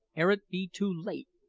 ere it be too late!